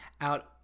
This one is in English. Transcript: out